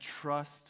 trust